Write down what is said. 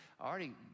already